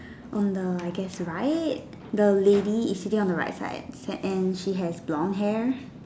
on the I guess right the lady is sitting on the right side and she has blond hair